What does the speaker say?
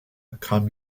kam